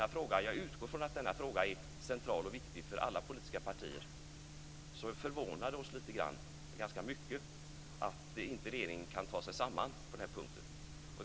Jag utgår från att denna fråga är central och viktig för alla partier. Därför förvånar det oss ganska mycket att regeringen inte kan ta sig samman på den här punkten.